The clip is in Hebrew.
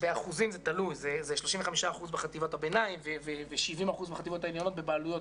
באחוזים 35% בחטיבות הביניים ו-70% בחטיבות העליונות בבעלויות.